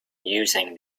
using